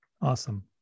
Awesome